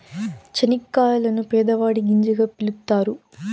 చనిక్కాయలను పేదవాడి గింజగా పిలుత్తారు